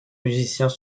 musiciens